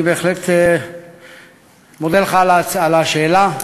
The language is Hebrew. אני בהחלט מודה לך על השאלה.